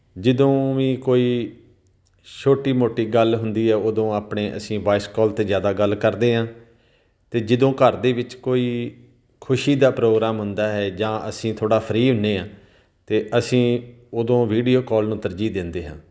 ਜਦੋਂ ਵੀ ਕੋਈ ਛੋਟੀ ਮੋਟੀ ਗੱਲ ਹੁੰਦੀ ਹੈ ਉਦੋਂ ਆਪਣੇ ਅਸੀਂ ਵੋਇਸ ਕਾਲ 'ਤੇ ਜ਼ਿਆਦਾ ਗੱਲ ਕਰਦੇ ਹਾਂ ਅਤੇ ਜਦੋਂ ਘਰ ਦੇ ਵਿੱਚ ਕੋਈ ਖੁਸ਼ੀ ਦਾ ਪ੍ਰੋਗਰਾਮ ਹੁੰਦਾ ਹੈ ਜਾਂ ਅਸੀਂ ਥੋੜ੍ਹਾ ਫ੍ਰੀ ਹੁੰਦੇ ਹਾਂ ਤਾਂ ਅਸੀਂ ਉਦੋਂ ਵੀਡੀਓ ਕਾਲ ਨੂੰ ਤਰਜੀਹ ਦਿੰਦੇ ਹਾਂ